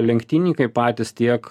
lenktynininkai patys tiek